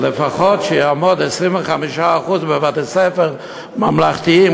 אז לפחות שיעמוד 25% בבתי-ספר ממלכתיים,